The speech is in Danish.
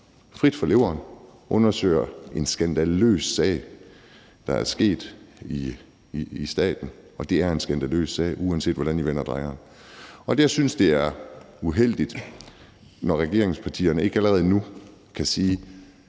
frit fra leveren undersøger en skandaløs sag, der er sket i staten. Og det er en skandaløs sag, uanset hvordan vi vender og drejer den. Jeg synes, det er uheldigt, når regeringspartierne ikke allerede nu kan sige: